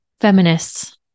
Feminists